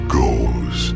goes